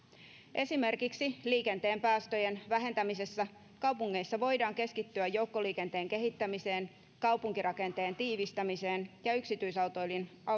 esimerkiksi liikenteen päästöjen vähentämisessä kaupungeissa voidaan keskittyä joukkoliikenteen kehittämiseen kaupunkirakenteen tiivistämiseen ja yksityisautoilun